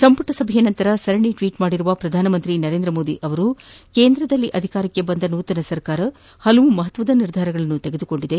ಸಂಪುಟ ಸಭೆಯ ಬಳಕ ಸರಣಿ ಟ್ನೀಟ್ ಮಾಡಿರುವ ಪ್ರಧಾನಮಂತ್ರಿ ನರೇಂದ್ರ ಮೋದಿ ಕೇಂದ್ರದಲ್ಲಿ ಅಧಿಕಾರಕ್ಷೆ ಬಂದ ನೂತನ ಸರ್ಕಾರ ಹಲವು ಮಹತ್ತದದ ನಿರ್ಧಾರಗಳನ್ನು ತೆಗೆದುಕೊಂಡಿದೆ